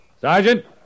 Sergeant